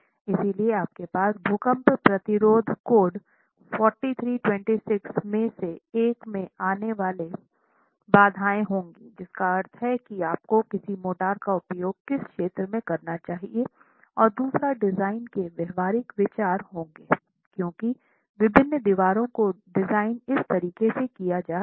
इसलिए आपके पास भूकंप प्रतिरोध कोड 4326 में से एक में आने वाली बाधाएं होंगी जिसका अर्थ है कि आपको किस मोर्टार का उपयोग किस क्षेत्र में करना चाहिए और दूसरा डिज़ाइन के व्यावहारिक विचार होंगे क्योंकि विभिन्न दीवारों को डिज़ाइन इस तरीका से किया जा रहा है